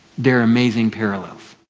they are amazing parallels.